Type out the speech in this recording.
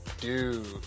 Dude